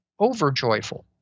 overjoyful